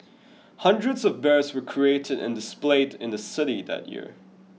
hundreds of bears were created and displayed in the city that year